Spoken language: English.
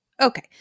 Okay